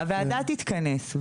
הוועדה תתכנס.